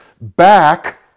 back